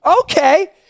okay